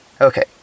Okay